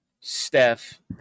Steph